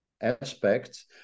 aspects